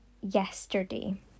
yesterday